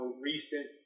recent